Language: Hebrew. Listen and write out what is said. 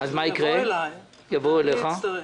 יבואו אליי ואני אצטרך